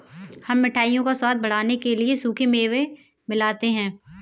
हम मिठाइयों का स्वाद बढ़ाने के लिए सूखे मेवे मिलाते हैं